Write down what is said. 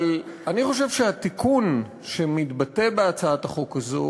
אבל אני חושב שהתיקון שמתבטא בהצעת החוק הזאת,